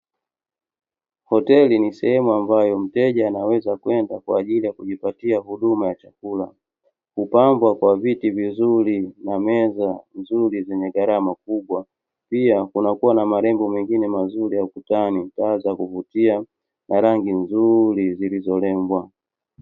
Hoteli ni sehemu ambayo mteja anaweza kwenda kwa ajili ya kujipatia huduma ya chakula, hupambwa kwa viti vizuri, na meza nzuri zenye gharama kubwa; pia kunakuwa na malengo mengine mazuri ya ukutani, taa za kuvutia, na rangi nzuri zilizorembwa.